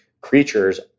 creatures